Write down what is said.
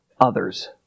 others